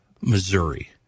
Missouri